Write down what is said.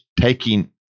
taking